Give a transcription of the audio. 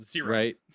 Right